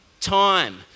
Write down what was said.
time